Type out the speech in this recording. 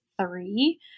three